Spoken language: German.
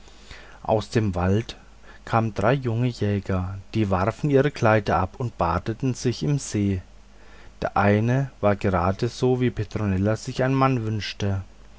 aus dem walde kamen drei junge jäger die warfen ihre kleider ab und badeten sich im see der eine war geradeso wie petronella sich einen mann wünschte